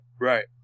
Right